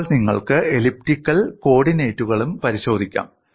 അപ്പോൾ നിങ്ങൾക്ക് എലിപ്റ്റിക് അണ്ഡാകൃതിയായ കോർഡിനേറ്റുകളും പരിശോധിക്കാം